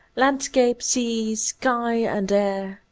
landscape, sea, sky, and air,